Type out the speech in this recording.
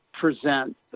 present